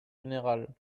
général